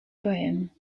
poèmes